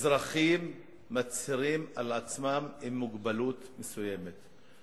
אזרחים מצהירים על עצמם שהם עם מוגבלות מסוימת.